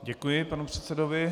Děkuji panu předsedovi.